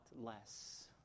less